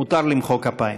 מותר למחוא כפיים.